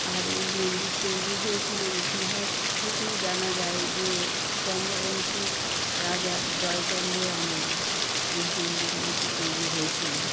আর এই মন্দির তৈরী হয়েছিলো ইতিহাস থেকেই জানা যায় যে চন্দ্র বংশের রাজা জয়চন্দ্রের আমলে এই মন্দির না কি তৈরি হয়েছিলো